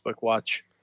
Watch